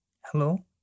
Hello